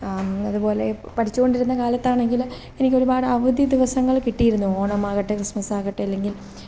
അതുപോലെ പഠിച്ചോണ്ടിരുന്ന കാലത്താണെങ്കിൽ എനിക്കൊരുപാട് അവധി ദിവസങ്ങൾ കിട്ടിയിരുന്നു ഓണമാകട്ടെ ക്രിസ്മസാകട്ടെ അല്ലെങ്കില്